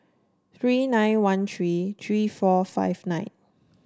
three nine one three three four five nine